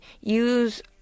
use